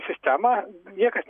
sistemą niekas